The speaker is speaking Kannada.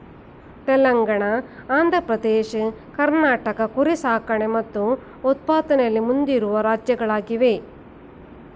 ತೆಲಂಗಾಣ ಆಂಧ್ರ ಪ್ರದೇಶ್ ಕರ್ನಾಟಕ ಕುರಿ ಸಾಕಣೆ ಮತ್ತು ಉತ್ಪಾದನೆಯಲ್ಲಿ ಮುಂದಿರುವ ರಾಜ್ಯಗಳಾಗಿವೆ